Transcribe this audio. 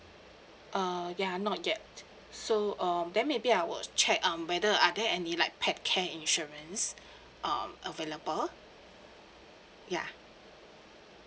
uh ya not yet so um then maybe I would check um whether are there any like pet care insurance uh available yeah